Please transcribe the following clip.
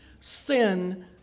sin